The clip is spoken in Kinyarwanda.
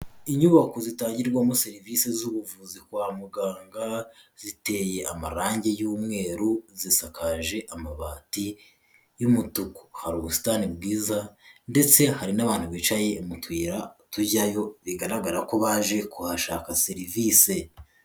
Inyubako zitangirwamo serivisi z'ubuvuzi kwa muganga, ziteye amarangi y'umweru zisakaje amabati y'umutuku, hari ubusitani bwiza ndetse hari n'abantu bicaye mu tuyira tujyayo bigaragara ko baje kuhashaka serivisi.